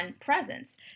presence